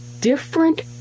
different